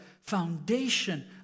foundation